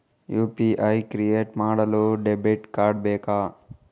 UPI create ಮಾಡಲು debit card ಬೇಕಾ?